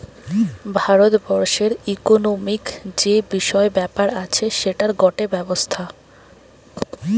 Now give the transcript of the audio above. ভারত বর্ষের ইকোনোমিক্ যে বিষয় ব্যাপার আছে সেটার গটে ব্যবস্থা